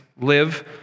live